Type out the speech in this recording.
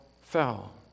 fell